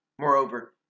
Moreover